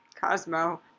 Cosmo